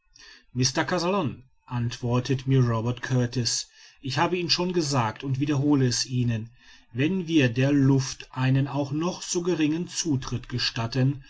mr kazallon antwortet mir robert kurtis ich habe ihnen schon gesagt und wiederhole es ihnen wenn wir der luft einen auch noch so geringen zutritt gestatten